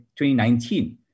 2019